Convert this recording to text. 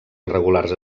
irregulars